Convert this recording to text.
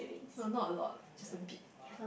no not a lot just a bit